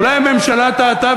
אולי הממשלה טעתה?